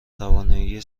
توانایی